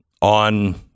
on